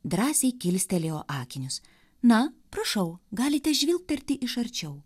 drąsiai kilstelėjo akinius na prašau galite žvilgterti iš arčiau